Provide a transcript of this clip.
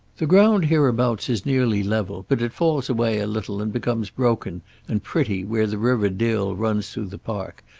the ground hereabouts is nearly level, but it falls away a little and becomes broken and pretty where the river dill runs through the park,